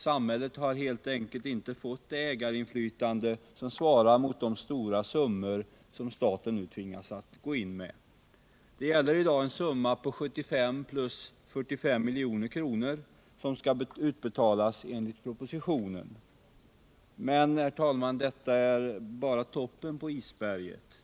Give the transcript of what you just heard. Samhället har helt enkelt inte fått ett ägarinflytande som svarar mot de stora summor som staten nu tvingas gå in med. Det gäller i dag en summa på 75 plus 45 milj.kr. som skall utbetalas enligt propositionen. Men, herr talman, detta är bara toppen på isberget.